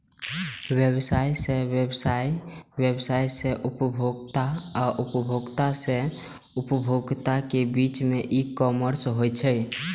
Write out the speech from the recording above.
व्यवसाय सं व्यवसाय, व्यवसाय सं उपभोक्ता आ उपभोक्ता सं उपभोक्ता के बीच ई कॉमर्स होइ छै